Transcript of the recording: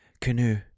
canoe